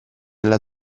nella